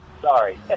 Sorry